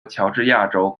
乔治亚州